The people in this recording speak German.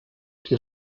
die